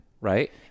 Right